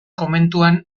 komentuan